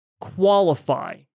qualify